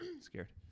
Scared